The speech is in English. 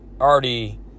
already